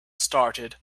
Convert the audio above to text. started